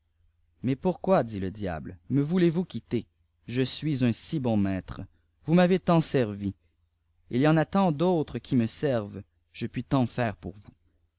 mais pourquoi dit le diable me voulez-vous quitter je suis un si bon maître vous m'avez tant servi il y en a tant d'autres qui me servent je puis tant faire pour vous